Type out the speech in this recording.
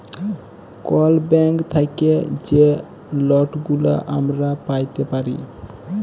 call bank থ্যাইকে যে লটগুলা আমরা প্যাইতে পারি